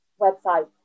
website